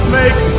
make